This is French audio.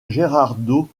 gerardo